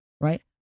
right